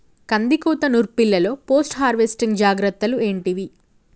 కందికోత నుర్పిల్లలో post harvesting జాగ్రత్తలు ఏంటివి?